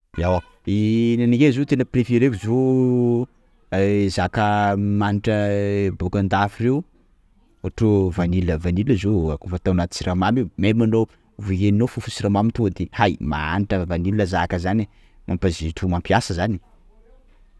Ewa Nenakay zao tena préféreko zao zaka manitra bôka andafy reo: ohatra hoe vanille, la vanille zao fatao anaty siramamy io, même anao vao henonao fofon'ny siramamy io; tonga de hay manitra vanille zaka zany e! mampazoto mampiasa zany.